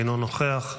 אינו נוכח.